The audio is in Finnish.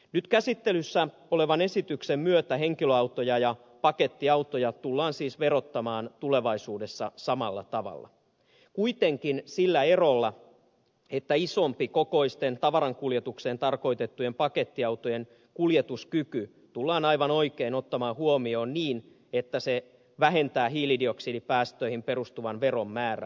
nyt käsittelyssä olevan esityksen myötä henkilöautoja ja pakettiautoja tullaan siis verottamaan tulevaisuudessa samalla tavalla kuitenkin sillä erolla että isompikokoisten tavarankuljetukseen tarkoitettujen pakettiautojen kuljetuskyky tullaan aivan oikein ottamaan huomioon niin että se vähentää hiilidioksidipäästöihin perustuvan veron määrää